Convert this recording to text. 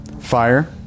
fire